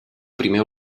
primer